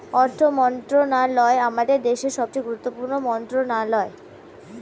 অর্থ মন্ত্রণালয় আমাদের দেশের সবচেয়ে গুরুত্বপূর্ণ মন্ত্রণালয়